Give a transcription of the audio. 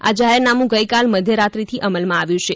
આ જાહેરનામું ગઇકાલ મધ્યરાત્રિથી અમલમાં આવ્યું છે